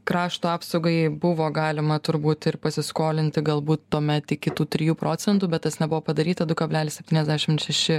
krašto apsaugai buvo galima turbūt ir pasiskolinti galbūt tuomet kitų tų trijų procentų bet tas nebuvo padaryta du kablelis septyniasdešimt šeši